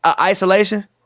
Isolation